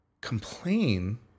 complain